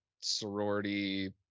sorority